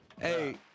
Hey